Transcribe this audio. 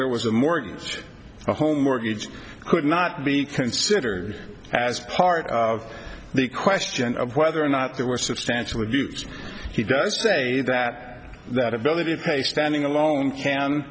there was a mortgage a home mortgage could not be considered as part of the question of whether or not there were substantial abuse he does say that that ability to pay standing alone can